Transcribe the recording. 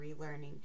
relearning